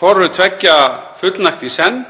hvoru tveggja í senn,